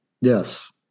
Yes